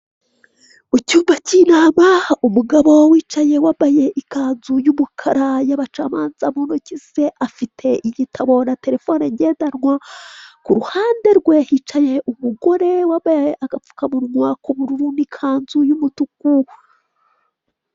Mu cyumba cy'inama, umugabo wicaye wambaye ikanzu y'umukara y'abacamanza muntoki ze afite igitabo na telefoni ngendanwa. Ku ruhande rwe hicaye umugore wambaye agapfukamunwa k'ubururu n'ikanzu y'umutuku.